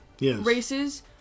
races